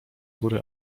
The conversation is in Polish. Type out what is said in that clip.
góry